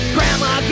Grandma